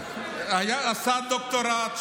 עשה דוקטורט,